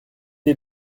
est